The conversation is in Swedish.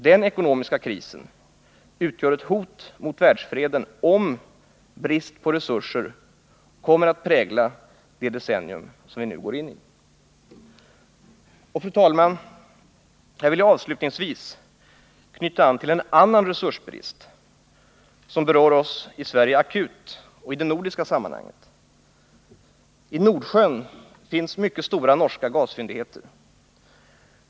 Den ekonomiska krisen utgör ett hot mot världsfreden, om brist på resurser kommer att prägla det decennium som vi nu går in i. Och, fru talman, här vill jag avslutningsvis knyta an till en annan resursbrist, som berör oss akut i det nordiska sammanhanget. I Nordsjön finns mycket stora norska gasfyndigheter.